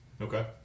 Okay